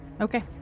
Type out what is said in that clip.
okay